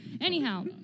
Anyhow